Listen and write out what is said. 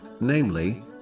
namely